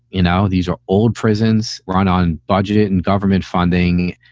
you know, these are old prisons run on budgets and government funding.